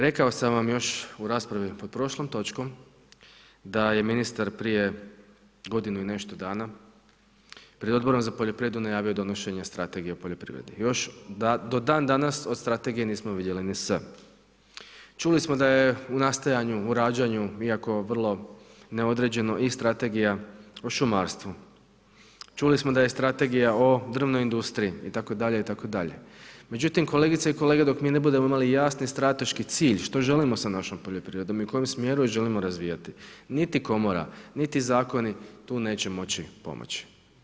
Rekao sam vam još u raspravi pod prošlom točkom da je ministar prije godinu i nešto dana, pred Odborom za poljoprivredu najavio donošenje Strategije o poljoprivredi, još do dan danas od strategije nismo vidjeli ni s. Čuli smo da je u nastajanju u rađanju iako vrlo neodređeno i Strategija o šumarstvu, čuli smo da je Strategija o drvnoj industriji itd., itd., međutim kolegice i kolege dok mi ne budemo imali jasni strateški cilj što želimo sa našom poljoprivredom i u kojem smjeru je želimo razvijati, niti komora, niti zakoni tu neće moći pomoći.